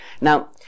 Now